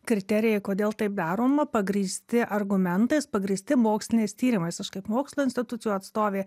kriterijai kodėl taip daroma pagrįsti argumentais pagrįsti moksliniais tyrimais aš kaip mokslo institucijų atstovė